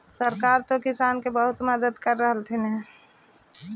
सरकार तो किसानमा के बहुते मदद कर रहल्खिन ह?